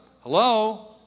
Hello